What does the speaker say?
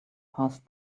past